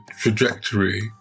trajectory